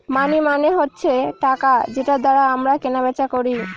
মানি মানে হচ্ছে টাকা যেটার দ্বারা আমরা কেনা বেচা করি